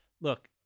Look